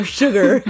sugar